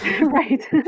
right